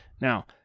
Now